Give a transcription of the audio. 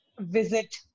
visit